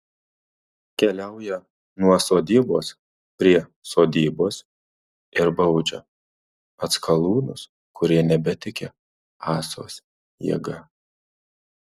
keliauja nuo sodybos prie sodybos ir baudžia atskalūnus kurie nebetiki ąsos jėga